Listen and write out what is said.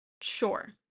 Sure